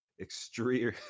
extreme